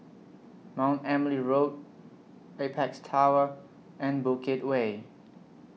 Mount Emily Road Apex Tower and Bukit Way